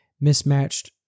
mismatched